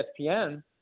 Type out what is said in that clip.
ESPN